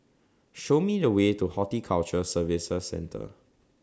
Show Me The Way to Horticulture Services Centre